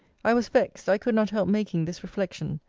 i was vexed. i could not help making this reflection.